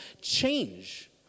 change